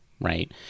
right